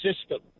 system